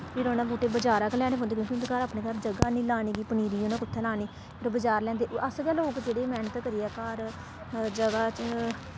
फिर उ'नें बूह्टे बजारा गै लैने पौंदे क्योंकि उं'दे घर अपने घर ज'गा निं लाने गी पनीरी उ'नें कु'त्थै लानी ओह् बजारा लेआंदे अस गै लोक जेह्ड़ा मेह्नत करियै घर ज'गा च